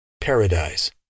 Paradise